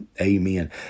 Amen